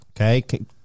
okay